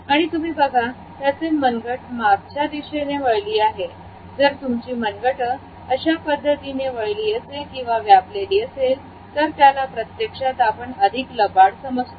आणि तुम्ही बघा त्याचे मनगट मागच्या दिशेने वळली आहे जर तुमची मनगट अशा पद्धतीने वळली असेल किंवा व्यापलेले असेल तर त्याला प्रत्यक्षात आपण अधिक लबाड समजतो